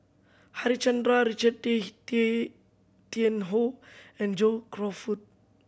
Harichandra Richard Tay Tay Tian Hoe and John Crawfurd